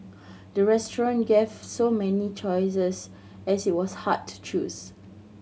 the restaurant gave so many choices as it was hard to choose